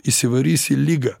įsivarysi ligą